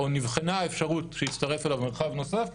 או נבחנה האפשרות שיצטרף אליו מרחב נוסף.